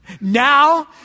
now